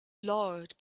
lord